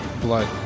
Blood